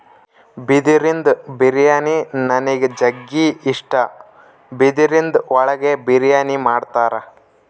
ಬಿದಿರಿಂದು ಬಿರಿಯಾನಿ ನನಿಗ್ ಜಗ್ಗಿ ಇಷ್ಟ, ಬಿದಿರಿನ್ ಒಳಗೆ ಬಿರಿಯಾನಿ ಮಾಡ್ತರ